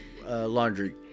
Laundry